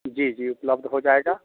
जी जी उपलब्ध हो जाएगा